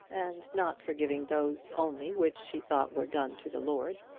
and not forgiving those only which she thought were done to the lord.